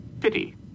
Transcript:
Pity